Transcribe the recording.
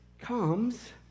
comes